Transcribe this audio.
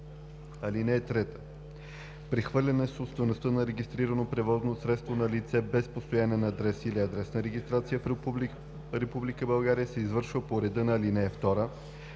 4 и 5: „(3) Прехвърляне собствеността на регистрирано превозно средство на лице без постоянен адрес или адресна регистрация в Република България се извършва по реда на ал. 2